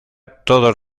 todos